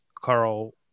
Carl